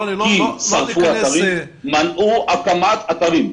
שרפו אתרים ומנעו הקמת אתרים.